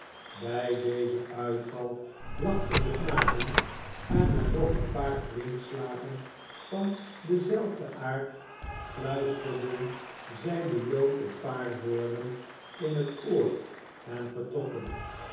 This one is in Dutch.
bij dezen uitval lachten de knapen en na nog een paar kwikslagen van denzelfden aard fluisterden zij den jood een paar woorden in het oor en vertrokken